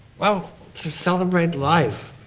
well, to celebrate life.